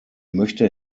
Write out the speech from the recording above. möchte